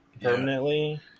permanently